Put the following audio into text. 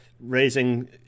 raising